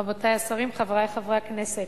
רבותי השרים, חברי חברי הכנסת,